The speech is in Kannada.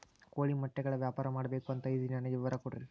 ಕೋಳಿ ಮೊಟ್ಟೆಗಳ ವ್ಯಾಪಾರ ಮಾಡ್ಬೇಕು ಅಂತ ಇದಿನಿ ನನಗೆ ವಿವರ ಕೊಡ್ರಿ?